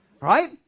right